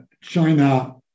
China